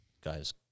guys